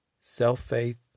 Self-faith